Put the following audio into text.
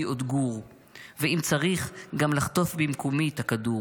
עוד גור / ואם צריך גם לחטוף במקומי את הכדור.